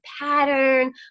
pattern